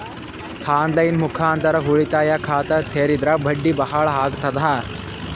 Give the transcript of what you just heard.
On line ಮುಖಾಂತರ ಉಳಿತಾಯ ಖಾತ ತೇರಿದ್ರ ಬಡ್ಡಿ ಬಹಳ ಅಗತದ?